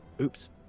oops